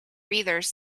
readers